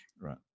Right